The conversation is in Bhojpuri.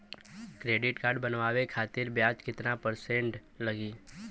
क्रेडिट कार्ड बनवाने खातिर ब्याज कितना परसेंट लगी?